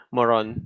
Moron